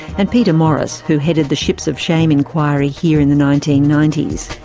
and peter morris, who headed the ships of shame inquiry here in the nineteen ninety s.